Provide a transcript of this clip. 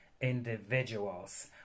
individuals